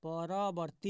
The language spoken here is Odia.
ପରବର୍ତ୍ତୀ